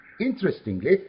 Interestingly